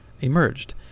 emerged